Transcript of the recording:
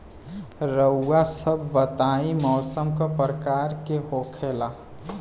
रउआ सभ बताई मौसम क प्रकार के होखेला?